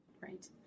Right